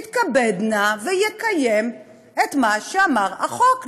יתכבד נא ויקיים את מה שאמר החוק.